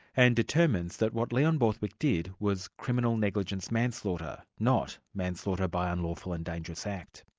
and determines that what leon borthwick did was criminal negligence manslaughter, not manslaughter by unlawful and dangerous act.